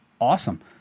Awesome